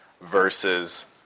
versus